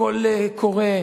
הכול קורה,